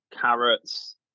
carrots